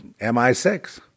MI6